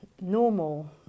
normal